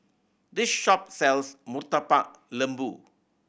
this shop sells Murtabak Lembu